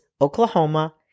Oklahoma